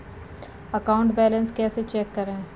Account balance कैसे check करें?